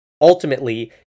Ultimately